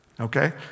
okay